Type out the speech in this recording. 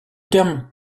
terme